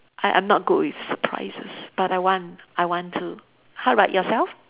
I I'm not good with surprises but I want I want to how about yourself